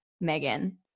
Megan